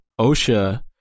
Osha